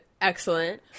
Excellent